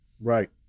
Right